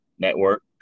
Network